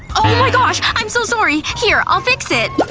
ohmygosh! i'm so sorry! here, i'll fix it